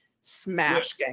smash